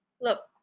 look